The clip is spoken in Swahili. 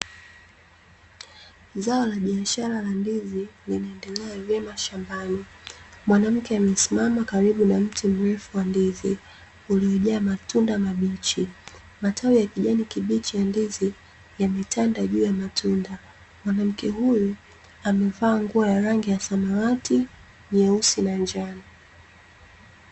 Zao la biashara la ndizi, linaendelea vyema shambani. Mwanamke amesimama karibu na mti mrefu wa ndizi, uliojaa matunda mabichi. Matawi ya kijani kibichi ya ndizi yametanda juu ya matunda. Mwanamke huyu amevaa nguo ya rangi ya samawati, nyeusi na njano.